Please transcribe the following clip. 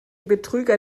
betrüger